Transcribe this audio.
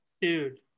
dude